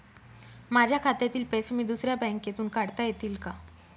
माझ्या खात्यातील पैसे मी दुसऱ्या बँकेतून काढता येतील का?